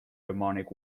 demonic